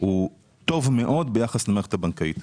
טוב מאוד ביחס למערכת הבנקאית.